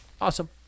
Awesome